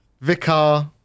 Vicar